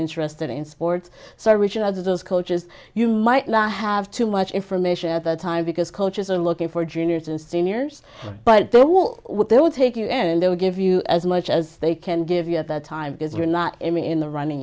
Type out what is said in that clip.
interested in sports so rigid as those coaches you might not have too much information at the time because coaches are looking for juniors and seniors but there will they will take you and they will give you as much as they can give you at that time because you're not in the running